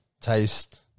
taste